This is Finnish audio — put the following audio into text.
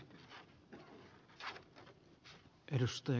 arvoisa puhemies